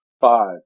five